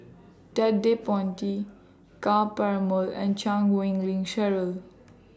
Ted De Ponti Ka Perumal and Chan Wei Ling Cheryl